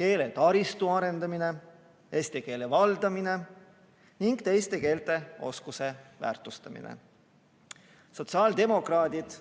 keeletaristu arendamine, eesti keele valdamine ning teiste keelte oskuse väärtustamine. Sotsiaaldemokraadid